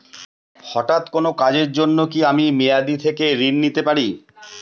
হঠাৎ কোন কাজের জন্য কি আমি মেয়াদী থেকে ঋণ নিতে পারি?